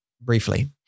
briefly